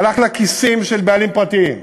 הלך לכיסים של בעלים פרטיים,